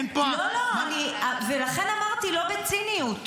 אין פה --- לא, לא, ולכן אמרתי, לא בציניות.